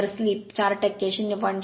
तर स्लिप 4 0